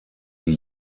die